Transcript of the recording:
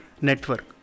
network